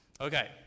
Okay